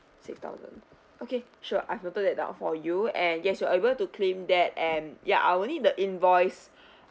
six thousand okay sure I've noted that down for you and yes you are able to claim that and ya I will need the invoice